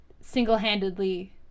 single-handedly